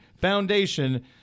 Foundation